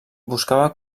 buscava